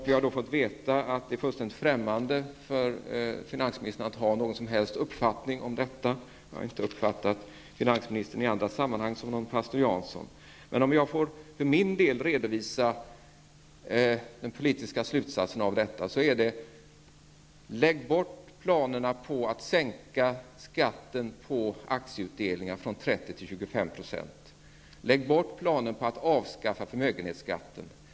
Vi har då fått veta att det är fullständigt främmande för finansministern att ha någon som helst uppfattning om detta — jag har i andra sammanhang inte uppfattat finansministern som någon pastor Jansson. Men låt mig för min del redovisa den politiska slutsatsen av detta. Den är: Lägg bort planerna på att sänka skatten på aktieutdelningar från 30 till 25 90! Lägg bort planerna på att avskaffa förmögenhetsskatten!